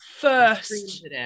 first